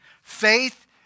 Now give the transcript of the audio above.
faith